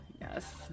Yes